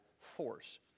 force